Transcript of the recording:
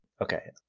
Okay